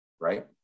right